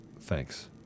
thanks